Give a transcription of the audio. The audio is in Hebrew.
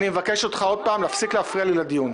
אני מבקש ממך שוב להפסיק להפריע לי לדיון.